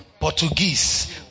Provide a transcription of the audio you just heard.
Portuguese